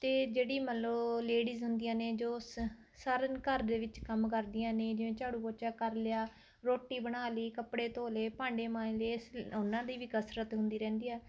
ਅਤੇ ਜਿਹੜੀ ਮੰਨ ਲਉ ਲੇਡੀਜ ਹੁੰਦੀਆਂ ਨੇ ਜੋ ਉਸ ਸਾਰਾ ਦਿਨ ਘਰ ਦੇ ਵਿੱਚ ਕੰਮ ਕਰਦੀਆਂ ਨੇ ਜਿਵੇਂ ਝਾੜੂ ਪੋਚਾ ਕਰ ਲਿਆ ਰੋਟੀ ਬਣਾ ਲਈ ਕੱਪੜੇ ਧੋ ਲਏ ਭਾਂਡੇ ਮਾਂਜ ਲਏ ਇਸ ਉਨ੍ਹਾਂ ਦੀ ਵੀ ਕਸਰਤ ਹੁੰਦੀ ਰਹਿੰਦੀ ਹੈ